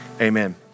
amen